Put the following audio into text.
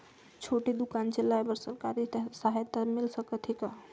छोटे दुकान चलाय बर सरकारी सहायता मिल सकत हे का?